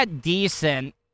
decent